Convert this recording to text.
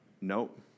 Nope